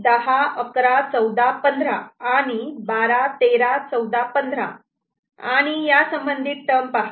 10 11 14 15 आणि 12 13 14 15 आणि या संबंधित टर्म पहा